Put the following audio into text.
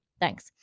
thanks